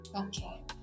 Okay